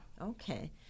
Okay